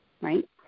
right